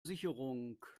sicherung